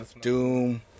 Doom